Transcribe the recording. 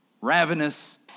ravenous